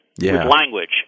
language